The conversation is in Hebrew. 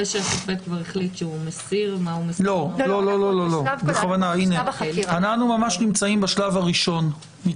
אנחנו ממש נמצאים בשלב הראשון.